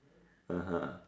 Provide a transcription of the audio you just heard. (uh huh)